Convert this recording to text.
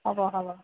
হ'ব হ'ব